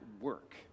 work